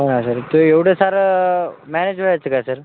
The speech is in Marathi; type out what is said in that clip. हो सर तो एवढं सारं मॅनेज व्हायचं काय सर